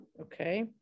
Okay